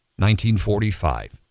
1945